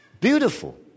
beautiful